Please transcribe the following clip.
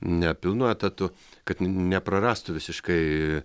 ne pilnu etatu kad neprarastų visiškai